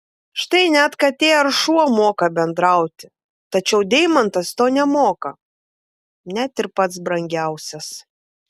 štai net katė ar šuo moka bendrauti tačiau deimantas to nemoka net ir pats brangiausias